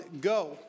Go